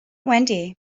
wendy